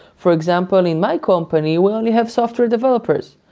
for example in my company, we only have software developers.